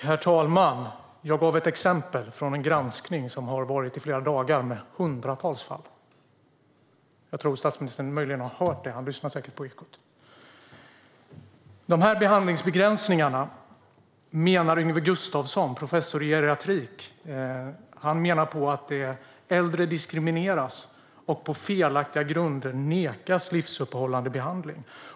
Herr talman! Jag gav ett exempel från en granskning av hundratals fall. Den har sänts i flera dagar. Statsministern har möjligen hört det. Han lyssnar säkert på Ekot . När det gäller de här behandlingsbegränsningarna menar Yngve Gustafson, professor i geriatrik, att äldre diskrimineras och på felaktiga grunder nekas livsuppehållande behandling.